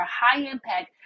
high-impact